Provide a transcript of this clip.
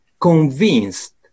convinced